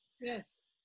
Yes